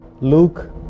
Luke